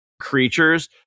creatures